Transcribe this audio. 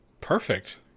Perfect